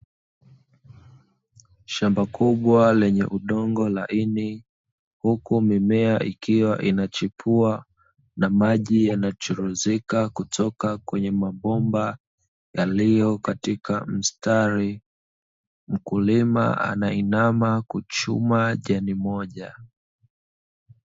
Shamba kubwa lenye udongo laini, huku mimea ikiwa inachipua na maji yanachuruzika kutoka kwenye mabomba, yaliyo katika mstari. Mkulima anainama kuchuma jani moja.